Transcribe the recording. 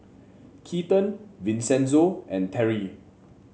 Keaton Vincenzo and Terri